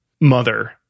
mother